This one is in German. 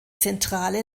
zentrale